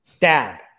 Dad